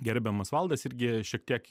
gerbiamas valdas irgi šiek tiek